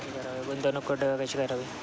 गुंतवणूक कुठे व कशी करायची?